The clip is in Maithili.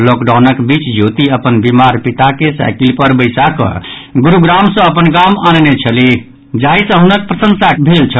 लॉकडाउनक बीच ज्योति अपन बीमार पिता के साईकिल पर बैसाकऽ गुरूग्राम सँ अपन गाम आनने छलिह जाहि सँ हुनक साहसक प्रसंशा भेल छल